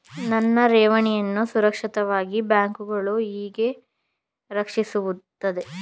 ನನ್ನ ಠೇವಣಿಯನ್ನು ಸುರಕ್ಷಿತವಾಗಿ ಬ್ಯಾಂಕುಗಳು ಹೇಗೆ ರಕ್ಷಿಸುತ್ತವೆ?